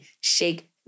shake